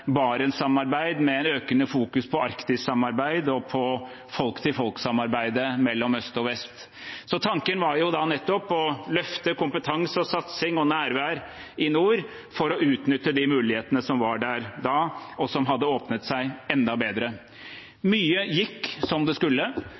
økende fokus på Arktissamarbeidet og på folk-til-folk-samarbeidet mellom øst og vest. Tanken var å løfte kompetanse, satsing og nærvær i nord for å utnytte de mulighetene som var der da, og som hadde åpnet seg enda